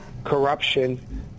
corruption